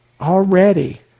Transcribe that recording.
already